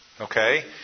Okay